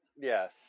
Yes